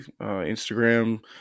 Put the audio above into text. Instagram